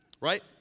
Right